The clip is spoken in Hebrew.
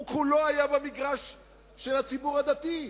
הוא כולו היה במגרש של הציבור הדתי.